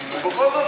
ובכל זאת,